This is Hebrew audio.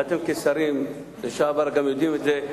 ואתם כשרים לשעבר גם יודעים את זה,